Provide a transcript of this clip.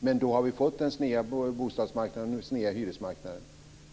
Men då har vi fått den sneda bostadsmarknaden, den sneda hyresmarknaden.